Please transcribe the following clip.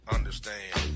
Understand